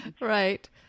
Right